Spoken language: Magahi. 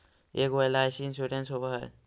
ऐगो एल.आई.सी इंश्योरेंस होव है?